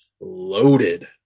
loaded